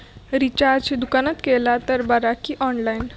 Recharge दुकानात केला तर बरा की ऑनलाइन?